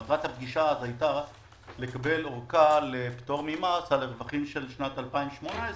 מטרת הפגישה אז היתה לקבל ארכה לפטור ממס על רווחים של שנת 2018,